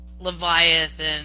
Leviathan